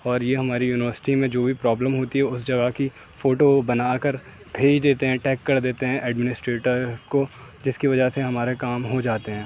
اور یہ ہماری یونیورسٹی میں جو بھی پرابلم ہوتی ہے اس جگہ کی فوٹو بنا کر بھیج دیتے ہیں ٹیگ کر دیتے ہیں ایڈمنسٹریٹرس کو جس کی وجہ سے ہمارے کام ہو جاتے ہیں